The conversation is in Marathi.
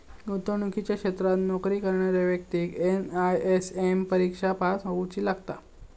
गुंतवणुकीच्या क्षेत्रात नोकरी करणाऱ्या व्यक्तिक एन.आय.एस.एम परिक्षा पास होउची लागता